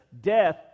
death